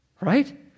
right